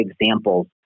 examples